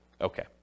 Okay